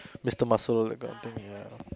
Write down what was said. mister muscle that kind of thing ya